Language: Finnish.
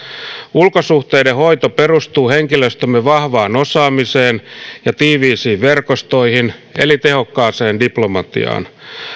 ulkosuhteiden hoito perustuu henkilöstömme vahvaan osaamiseen ja tiiviisiin verkostoihin eli tehokkaaseen diplomatiaan